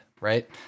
Right